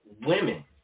women